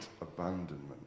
abandonment